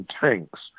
tanks